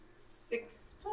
Six